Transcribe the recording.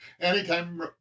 Anytime